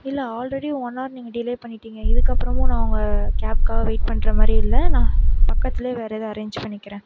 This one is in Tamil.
இல்லை ஆல்ரெடி ஒன் ஹவர் நீங்கள் டிலே பண்ணிவிட்டீங்க அதுக்கப்புறமும் நான் உங்கள் கேப்க்காக வெயிட் பண்ணுற மாதிரி இல்லை நான் பக்கத்திலே வேறு ஏதாவது அரேஞ் பண்ணிக்கிறேன்